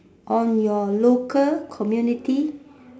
on your local community